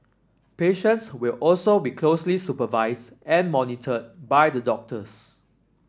patients will also be closely supervised and monitored by the doctors